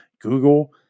Google